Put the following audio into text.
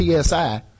PSI